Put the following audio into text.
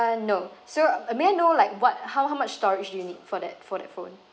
no so uh may I know like what how how much storage do you need for that for that phone